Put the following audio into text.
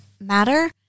matter